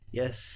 yes